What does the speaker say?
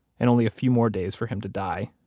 and only a few more days for him to die.